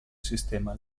sistema